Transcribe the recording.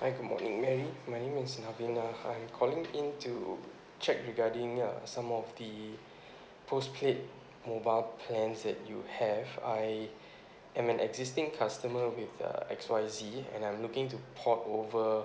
hi good morning may my name is narvina l'm calling in to check regarding uh some of the postpaid mobile plans that you have I am an existing customer with uh X Y Z and I'm looking to port over